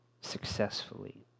successfully